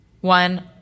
one